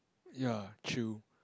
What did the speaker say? ya chill